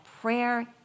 prayer